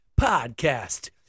podcast